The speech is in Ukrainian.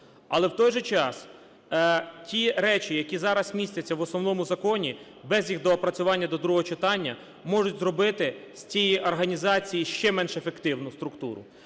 Але в той же час ті речі, які зараз містяться в Основному Законі, без їх доопрацювання до другого читання можуть зробити з цієї організації ще менш ефективну структуру.